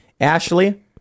Ashley